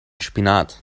spinat